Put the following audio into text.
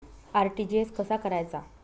RTGS कसा करायचा?